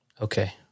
Okay